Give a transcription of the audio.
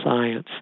science